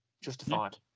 Justified